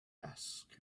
asked